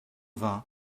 vingt